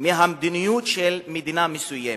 מהמדיניות של מדינה מסוימת.